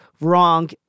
wrong